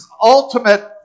ultimate